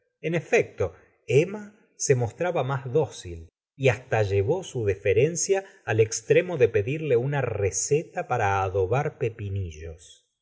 en efecto emma se mostraba más dócil y hasta llevó su deferencia al extremo de pedirle una receta para adobar pepinillos